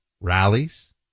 rallies